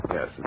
Yes